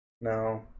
No